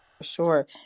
Sure